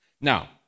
Now